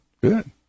Good